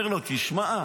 אומר לו: תשמע,